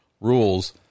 rules